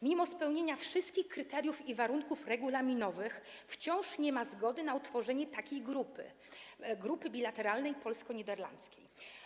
Mimo spełnienia wszystkich kryteriów i warunków regulaminowych wciąż nie ma zgody na utworzenie takiej grupy, grupy bilateralnej polsko-niderlandzkiej.